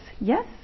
yes